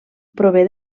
prové